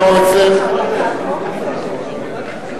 בקרוב אצלךְ.